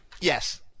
Yes